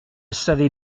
savais